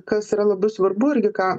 kas yra labai svarbu irgi ką